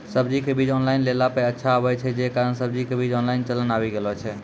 सब्जी के बीज ऑनलाइन लेला पे अच्छा आवे छै, जे कारण सब्जी के बीज ऑनलाइन चलन आवी गेलौ छै?